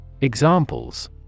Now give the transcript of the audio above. Examples